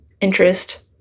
interest